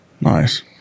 Nice